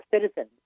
citizens